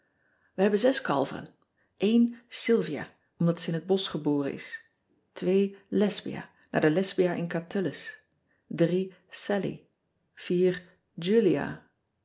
ij hebben zes kalveren ylvia mdat ze in het bosch geboren is esbia aar de weer en ate allie ulia a